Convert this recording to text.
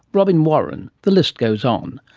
robin warren. the list goes on.